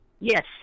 Yes